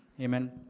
Amen